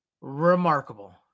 remarkable